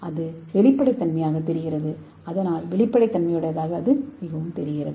அது வெளிப்படை தன்மையுடையதாக தெரிகிறது